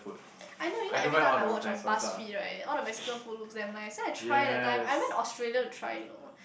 I know you know every time my watch on bus fee right all the Mexican food look damn nice so I try that time I went Australia to try you know